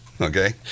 Okay